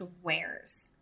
swears